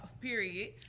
Period